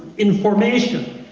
in formation.